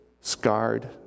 scarred